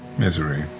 misery